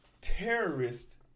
terrorist